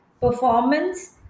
performance